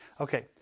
Okay